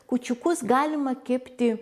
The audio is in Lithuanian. kūčiukus galima kepti